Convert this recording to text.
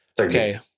okay